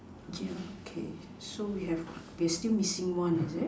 okay okay so we have they still missing one is it